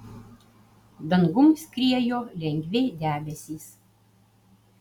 dangum skriejo lengvi debesys